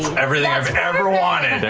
everything i've ever wanted. and